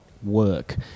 Work